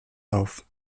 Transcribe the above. auf